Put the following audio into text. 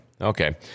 Okay